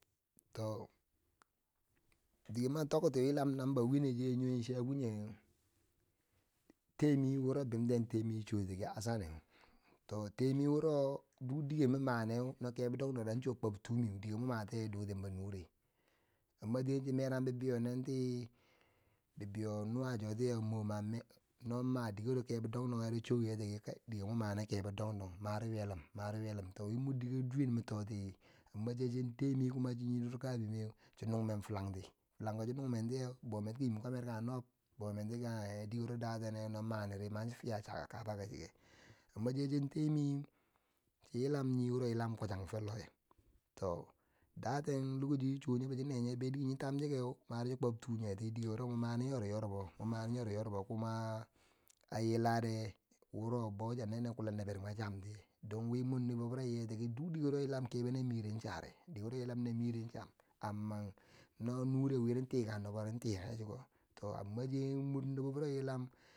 To dike ma tokti nyilom number wine mor safe nye, temi wuro bim tentemi shi shoti ki hassane to temi wuro duk dike mi mani kebo dang dang nye an kwob tu mi dikemin ma tiyeu dotenbo nure a masayi chi merang bibei yo nenti bibei yo nenti bibeyo nuwa cho tiyeu mwo ma no ma dike ro kebo dong dong nye ri sow yeti ki kai dikewo mu ma kebo don don kai mari ywelum mari ywelum to la mi min toti. A masayi so temiyeh shi yi dur kamiye shi nung men filang ti filang ko shi nun mentiye bo men ti ki yim kwamer kage nob bo menti ka ge dike wuro datene non mani ri non maniri man fiya chakka kabag ke chike a masheyi shin te miye shin yilam yiwuro yilam ki kusan foh lo we duk lokashiyo shi so yo shi neyo beh dikere yin tamshike man di shi kwab tuyeh ti kidike wuro mandi mun mani yori yor bo mun mani yori yorbo kuma ayilare wuro boshi ya nene kulen niber mur sam tiyeh don wi mur nubo yi ye tiki ki duk dike wuro yilam kebo na miyeri share wo yilam na miye ri cham amma no nure wiri tikang nubo ri tikaki shiko to amacheyi mur nubo wuro yilam.